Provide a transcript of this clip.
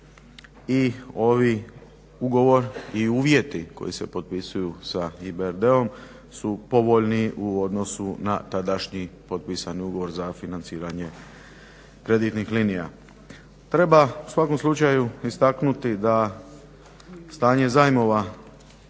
i ovi ugovor i uvjeti koji se potpisuju sa EBRD-om su povoljniji u odnosu na tadašnji potpisani ugovor za financiranje kreditnih linija. Treba u svakom slučaju istaknuti da stanje zajmova